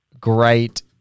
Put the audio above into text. great